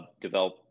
develop